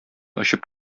очып